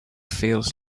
feels